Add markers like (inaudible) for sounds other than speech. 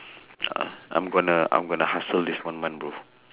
(noise) ya I'm gonna I'm gonna hustle this one month bro